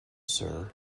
sir